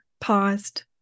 paused